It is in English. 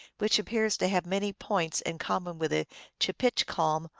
which appears to have many points in common with the chepitchcalm,